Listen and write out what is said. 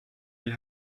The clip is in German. wir